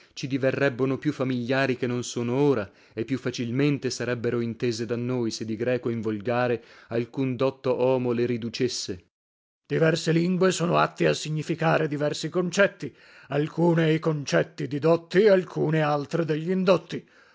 ci diverrebbono più famigliari che non sono ora e più facilmente sarebbero intese da noi se di greco in volgare alcun dotto omo le riducesse lasc diverse lingue sono atte a significare diversi concetti alcune i concetti di dotti alcune altre